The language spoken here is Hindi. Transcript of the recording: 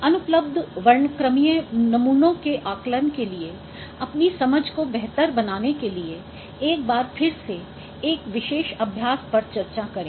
अनुपलब्ध वर्णक्रमीय नमूनों के आकलन के लिए अपनी समझ को बेहतर बनाने के लिए एक बार फिर से एक विशेष अभ्यास पर चर्चा करें